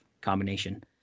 combination